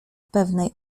pewnej